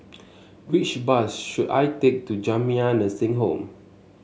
which bus should I take to Jamiyah Nursing Home